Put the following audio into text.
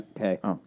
Okay